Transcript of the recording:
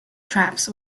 traps